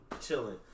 chilling